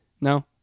No